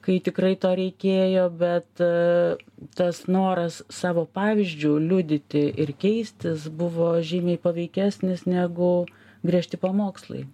kai tikrai to reikėjo bet tas noras savo pavyzdžiu liudyti ir keistis buvo žymiai paveikesnis negu griežti pamokslai